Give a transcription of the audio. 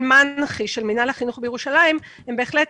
הנתונים של מנח"י מינהל החינוך בירושלים בהחלט